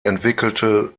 entwickelte